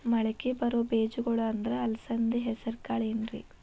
ಮಳಕಿ ಬರೋ ಬೇಜಗೊಳ್ ಅಂದ್ರ ಅಲಸಂಧಿ, ಹೆಸರ್ ಕಾಳ್ ಏನ್ರಿ?